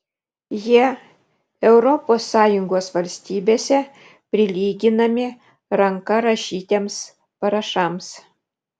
jie europos sąjungos valstybėse prilyginami ranka rašytiems parašams